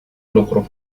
lucru